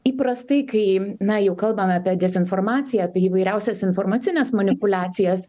įprastai kai na jau kalbame apie dezinformaciją apie įvairiausias informacines manipuliacijas